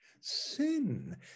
sin